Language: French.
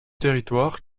territoire